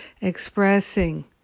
expressing